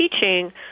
teaching